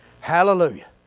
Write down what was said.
Hallelujah